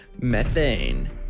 methane